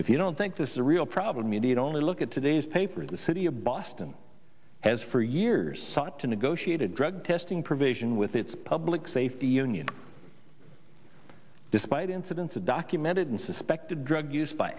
if you don't think this is a real problem you need only look at today's papers the city of boston has for years sought to negotiate a drug testing provision with its public safety union despite incidents of documented and suspected drug used by